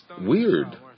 Weird